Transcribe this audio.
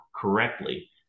correctly